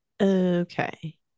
Okay